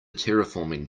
terraforming